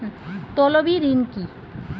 তলবি ঋন কি?